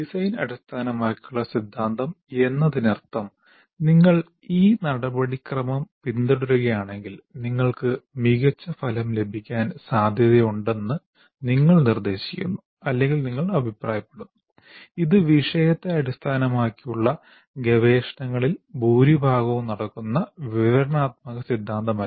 design അടിസ്ഥാനമാക്കിയുള്ള സിദ്ധാന്തം എന്നതിനർത്ഥം നിങ്ങൾ ഈ നടപടിക്രമം പിന്തുടരുകയാണെങ്കിൽ നിങ്ങൾക്ക് മികച്ച ഫലം ലഭിക്കാൻ സാധ്യതയുണ്ടെന്ന് നിങ്ങൾ നിർദ്ദേശിക്കുന്നു അല്ലെങ്കിൽ നിങ്ങൾ അഭിപ്രായപ്പെടുന്നു ഇത് വിഷയത്തെ അടിസ്ഥാനമാക്കിയുള്ള ഗവേഷണങ്ങളിൽ ഭൂരിഭാഗവും നടക്കുന്ന വിവരണാത്മക സിദ്ധാന്തമല്ല